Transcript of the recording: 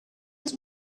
his